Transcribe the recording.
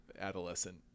adolescent